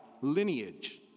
lineage